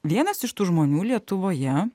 vienas iš tų žmonių lietuvoje